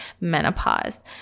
menopause